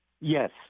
Yes